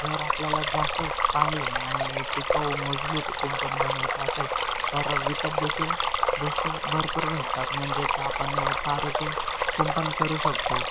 जर आपल्याला जास्त चांगले आणि टिकाऊ मजबूत कुंपण बनवायचे असेल तर विकत देखील गोष्टी भरपूर भेटतात म्हणजेच आपण तारेचे कुंपण करू शकतो